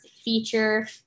feature